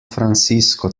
francisco